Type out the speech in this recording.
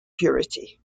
purity